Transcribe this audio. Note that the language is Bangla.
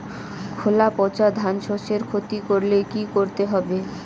খোলা পচা ধানশস্যের ক্ষতি করলে কি করতে হবে?